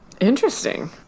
Interesting